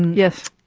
yes.